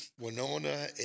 Winona